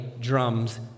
drums